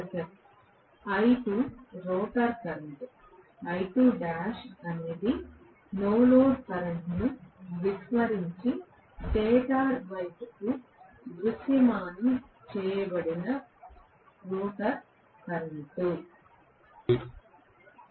professor I2 rotor current I2' అనేది no load కరెంట్ను విస్మరించి స్టేటర్ వైపు నుండి దృశ్యమానం చేయబడిన రోటర్ కరెంట్